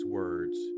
words